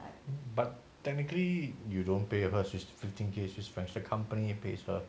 but technically you don't pay her fifteen K swiss francs the company pays her